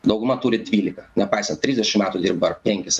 dauguma turi dvylika nepaisant trisdešim metų dirba ar penkis